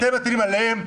אתם מטילים עליהם,